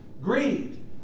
greed